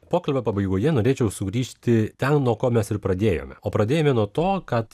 pokalbio pabaigoje norėčiau sugrįžti ten nuo ko mes ir pradėjome o pradėjome nuo to kad